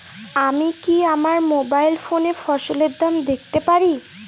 আমি কি আমার মোবাইল ফোনে ফসলের দাম দেখতে পারি?